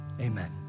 Amen